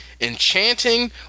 enchanting